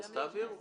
אז תעבירו.